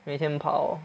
每天跑